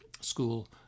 school